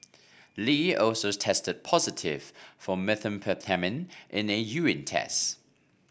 lee also tested positive for methamphetamine in a urine test